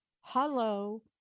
hello